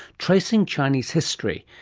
tracing chinese history,